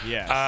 Yes